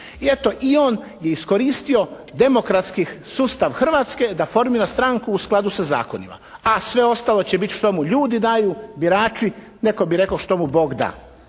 I eto i on je iskoristio demokratski sustav Hrvatske da formira stranku u skladu sa zakonima. A sve ostalo će biti što mu ljudi daju, birači, netko bi rekao što mu Bog da.